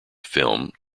film